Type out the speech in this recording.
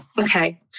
Okay